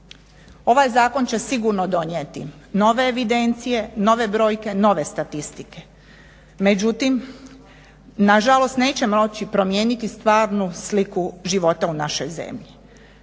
Ovaj zakon će sigurno donijeti nove evidencije, nove brojke, nove statistike, međutim nažalost neće moći promijeniti stvarnu sliku života u našoj zemlji.